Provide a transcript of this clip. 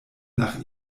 nach